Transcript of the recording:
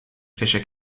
fisher